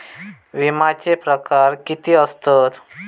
विमाचे प्रकार किती असतत?